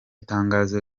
tangazo